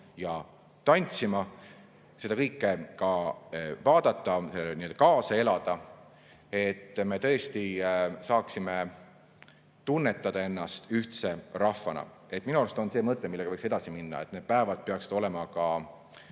ja tantsima, seda kõike ka vaadata, kaasa elada, nii et me tõesti saaksime tunda ennast ühtse rahvana. Minu arust on see mõte, millega võiks edasi minna, et need päevad peaksid olema ka